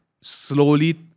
slowly